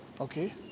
okay